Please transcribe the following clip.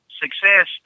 success